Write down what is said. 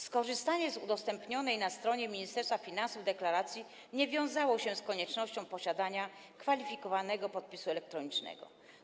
Skorzystanie z udostępnionej na stronie Ministerstwa Finansów deklaracji nie wiązało się z koniecznością posiadania kwalifikowanego podpisu elektronicznego.